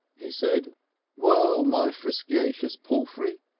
he said whoa, my friskiacious palfry!